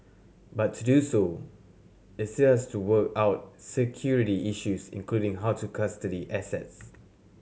but to do so it still has to work out security issues including how to custody assets